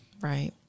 Right